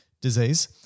disease